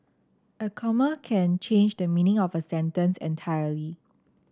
a comma can change the meaning of a sentence entirely